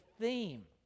theme